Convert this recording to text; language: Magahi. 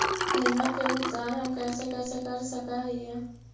बीमा के भुगतान हम कैसे कैसे कर सक हिय?